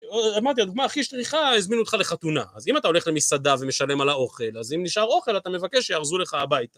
אמרתי, הדוגמא הכי שכיחה, הזמינו אותך לחתונה. אז אם אתה הולך למסעדה ומשלם על האוכל, אז אם נשאר אוכל, אתה מבקש שיארזו לך הביתה.